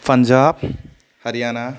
Punjab Haryana